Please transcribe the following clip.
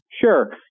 Sure